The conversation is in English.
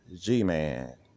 G-Man